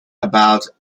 about